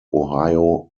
ohio